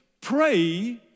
pray